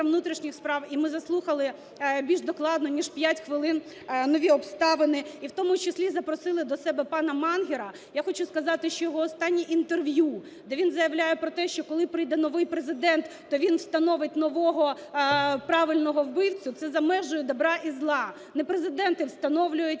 внутрішніх справ, і ми заслухали більш докладно, ніж 5 хвилин, нові обставини, і в тому числі запросили до себе пана Мангера. Я хочу сказати, що його останні інтерв'ю, де він заявляє про те, що коли прийде новий Президент, то він встановить нового, "правильного", вбивцю, це за межею добра і зла. Не президенти встановлюють